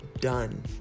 done